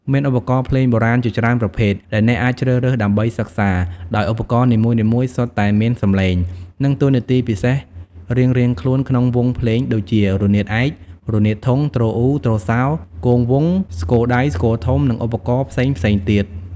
មានឧបករណ៍ភ្លេងបុរាណជាច្រើនប្រភេទដែលអ្នកអាចជ្រើសរើសដើម្បីសិក្សា ដោយឧបករណ៍នីមួយៗសុទ្ធតែមានសំឡេង និងតួនាទីពិសេសរៀងៗខ្លួនក្នុងវង់ភ្លេងដូចជា រនាតឯក រនាតធុង ទ្រអ៊ូ ទ្រសោ គងវង់ ស្គរដៃ ស្គរធំ និងឧបករណ៍ផ្សេងៗទៀត។